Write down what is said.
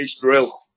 Drill